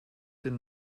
den